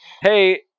Hey